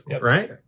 right